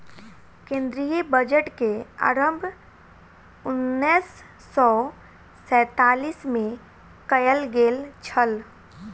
केंद्रीय बजट के आरम्भ उन्नैस सौ सैंतालीस मे कयल गेल छल